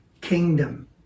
kingdom